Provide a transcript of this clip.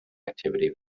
activity